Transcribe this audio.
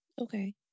Okay